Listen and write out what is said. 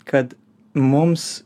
kad mums